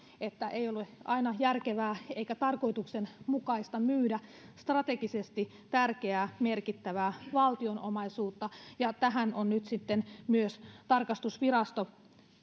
mukaan ei ole aina järkevää eikä tarkoituksenmukaista myydä strategisesti tärkeää merkittävää valtion omaisuutta ja nyt sitten on myös tarkastusvirasto